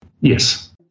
Yes